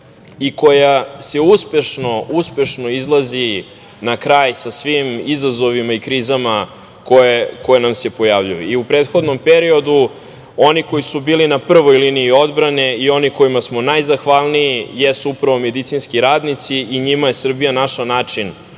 i koja uspešno izlazi na kraj sa svim izazovima i krizama koje nam se pojavljuju.U prethodnom periodu oni koji su bili na prvoj liniji odbrane i oni koji smo najzahvalniji jesu upravo medicinski radnici i njima je Srbija našla način